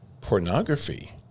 Pornography